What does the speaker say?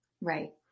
Right